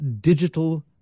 digital